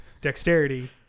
dexterity